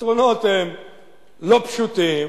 הפתרונות הם לא פשוטים,